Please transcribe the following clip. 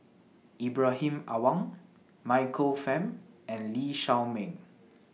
Ibrahim Awang Michael Fam and Lee Shao Meng